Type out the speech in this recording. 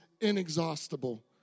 inexhaustible